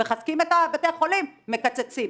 מחזקים את בתי החולים מקצצים,